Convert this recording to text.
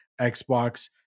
Xbox